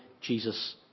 jesus